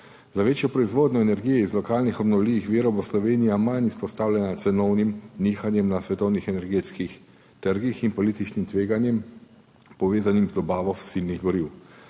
Za večjo proizvodnjo energije iz lokalnih obnovljivih virov bo Slovenija manj izpostavljena cenovnim nihanjem na svetovnih energetskih trgih in političnim tveganjem, povezanim z dobavo fosilnih goriv.